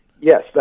Yes